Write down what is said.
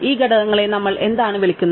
ഈ ഘടകങ്ങളെ നമ്മൾ എന്താണ് വിളിക്കുന്നത്